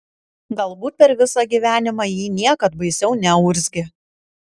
galbūt per visą gyvenimą ji niekad baisiau neurzgė